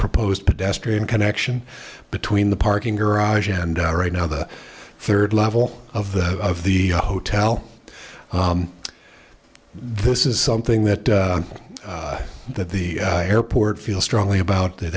proposed pedestrian connection between the parking garage and right now the third level of the of the hotel this is something that that the airport feel strongly about that